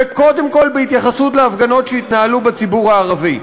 וקודם כול בהתייחסות להפגנות שהתנהלו בציבור הערבי.